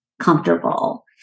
comfortable